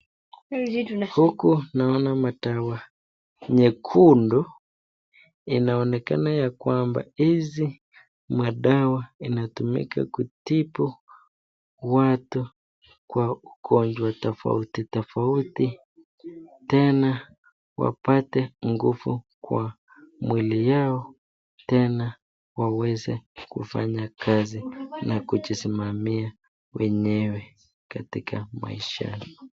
Huku naona madawa nyekundu, inaonekana ya kwamba hizi madawa inatumika kutibu watu, kwa ugonjwa tofauti tofauti, tena wapate nguvu kwa mwili yao, tena waweze kufanya kazi ya kujisimamia wenyewe katika maishani.